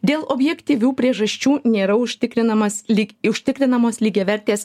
dėl objektyvių priežasčių nėra užtikrinamas lyg užtikrinamos lygiavertės